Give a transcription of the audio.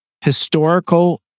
Historical